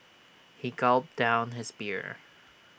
he gulped down his beer